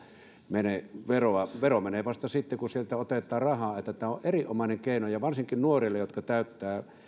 mene veroa vero menee vasta sitten kun sieltä otetaan rahaa tämä on erinomainen keino varsinkin nuorille jotka täyttävät